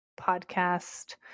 podcast